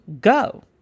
go